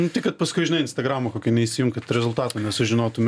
nu tai kad paskui žinai instagramo kokio neįsijungt kad rezultato nesužinotum